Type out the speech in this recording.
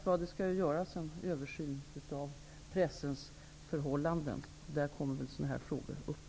Men, som sagt, en översyn av pressens förhållanden skall göras, och då kommer väl sådana här frågor upp.